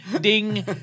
ding